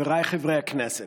חבריי חברי הכנסת,